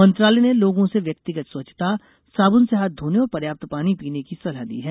मंत्रालय ने लोगों से व्यक्तिगत स्वच्छता साबन से हाथ धोने और पर्याप्त पानी पीने की सलाह दी है